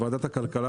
ועדת הכלכלה,